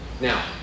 Now